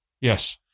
Yes